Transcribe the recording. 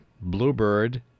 Bluebird